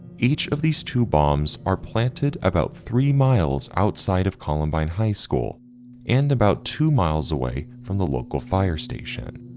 each of these two bombs are planted about three miles outside of columbine high school and about two miles away from the local fire station.